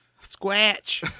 Scratch